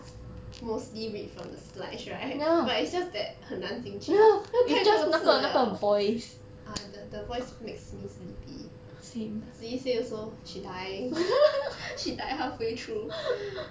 mostly read from the slides right but it's just that 很难进去因为太多字了 ah the~ the voice makes me sleepy see same also she die she die halfway through